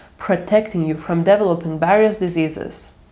protecting you from developing various diseases.